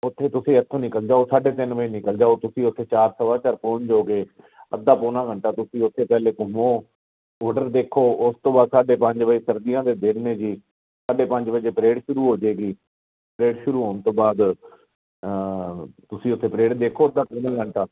ਉੱਥੇ ਤੁਸੀਂ ਇਥੋਂ ਨਿਕਲ ਜਾਓ ਸਾਢੇ ਤਿੰਨ ਵਜੇ ਨਿਕਲ ਜਾਓ ਤੁਸੀਂ ਉੱਥੇ ਚਾਰ ਸਵਾ ਚਾਰ ਪਹੁੰਚ ਜਾਓਗੇ ਅੱਧਾ ਪੌਣਾ ਘੰਟਾ ਤੁਸੀਂ ਉੱਥੇ ਪਹਿਲੇ ਘੁੰਮੋ ਬਾਰਡਰ ਦੇਖੋ ਉਸ ਤੋਂ ਬਾਅਦ ਸਾਡੇ ਪੰਜ ਵਜੇ ਸਰਦੀਆਂ ਦੇ ਦਿਨ ਨੇ ਜੀ ਸਾਡੇ ਪੰਜ ਵਜੇ ਪਰੇਡ ਸ਼ੁਰੂ ਹੋ ਜਾਵੇਗੀ ਪਰੇਡ ਸ਼ੁਰੂ ਹੋਣ ਤੋਂ ਬਾਅਦ ਤਾਂ ਤੁਸੀਂ ਉੱਥੇ ਪਰੇਡ ਦੇਖੋ ਅੱਧਾ ਪੌਣਾ ਘੰਟਾ